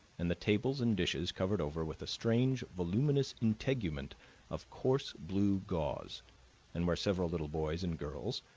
and the tables and dishes covered over with a strange, voluminous integument of coarse blue gauze and where several little boys and girls,